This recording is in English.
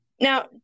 Now